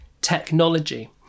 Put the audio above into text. technology